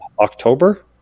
October